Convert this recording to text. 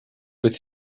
with